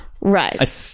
Right